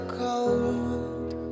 cold